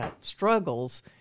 struggles